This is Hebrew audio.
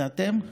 זה אתם?